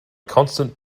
constant